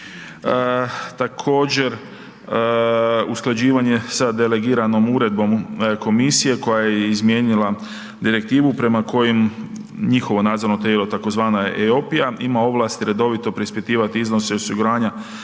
Također, usklađivanje sa delegiranog uredbom Komisije koja je izmijenila direktivu prema kojim njihovo nadzorno tijelo tzv. Eopija ima ovlasti redovito preispitivati iznose osiguranja